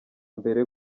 mbere